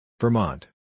Vermont